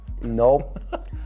Nope